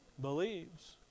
Believes